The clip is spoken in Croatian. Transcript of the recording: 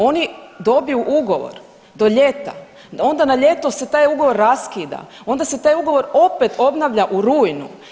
Oni dobiju ugovor do ljeta, onda na ljeto se taj ugovor raskida, onda se taj odgovor opet obnavlja u runju.